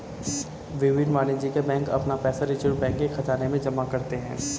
विभिन्न वाणिज्यिक बैंक अपना पैसा रिज़र्व बैंक के ख़ज़ाने में जमा करते हैं